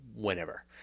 whenever